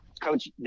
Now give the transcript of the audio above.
Coach